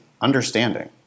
understanding